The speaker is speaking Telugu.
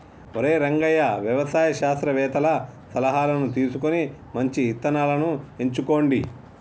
ఒరై రంగయ్య వ్యవసాయ శాస్త్రవేతల సలహాను తీసుకొని మంచి ఇత్తనాలను ఎంచుకోండి